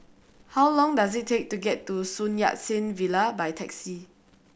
how long does it take to get to Sun Yat Sen Villa by taxi